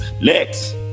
Next